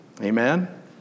amen